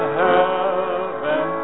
heaven